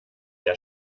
der